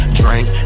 drink